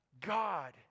God